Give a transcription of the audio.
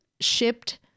shipped